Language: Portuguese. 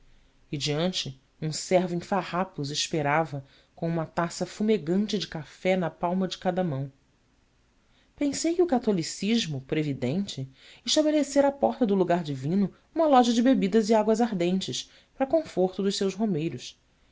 e diante um servo em farrapos esperava com uma taça fumegante de café na palma de cada mão pensei que o catolicismo previdente estabelecera à porta do lugar divino uma loja de bebidas e aguardentes para conforto dos seus romeiros